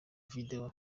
video